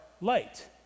light